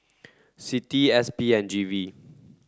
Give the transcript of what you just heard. CITI S P and G V